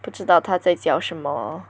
不知道他在教什么